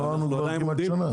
כבר כמעט עברה שנה.